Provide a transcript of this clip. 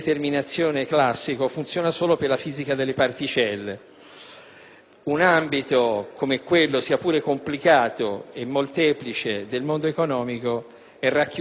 Un ambito come quello, sia pure complicato e molteplice, del mondo economico è racchiudibile all'interno di un universo chiuso.